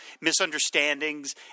misunderstandings